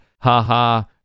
ha-ha-